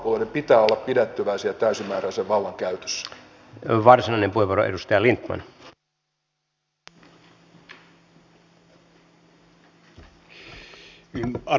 hallituspuolueiden pitää olla pidättyväisiä täysimääräisen vallan käytössä